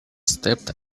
stepped